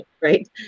right